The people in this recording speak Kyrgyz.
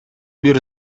бир